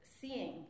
seeing